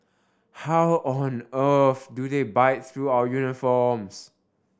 how on earth do they bite through our uniforms